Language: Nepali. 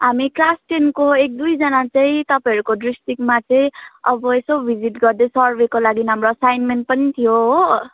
हामी क्लास टेनको एक दुईजना चाहिँ तपाईँहरूको डिस्ट्रिक्टमा चाहिँ अब यसो भिजिट गर्दै सर्वेको लागि हाम्रो असाइन्मेन्ट पनि थियो हो